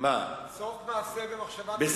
סוף מעשה במחשבה תחילה, נסים.